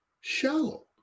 shallow